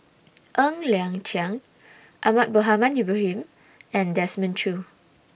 Ng Liang Chiang Ahmad Mohamed Ibrahim and Desmond Choo